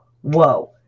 whoa